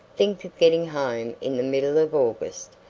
think of getting home in the middle of august,